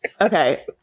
Okay